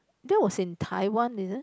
that was in Taiwan is it